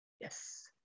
Yes